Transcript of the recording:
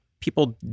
People